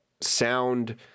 sound –